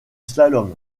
slalom